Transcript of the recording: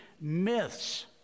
myths